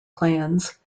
clans